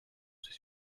ces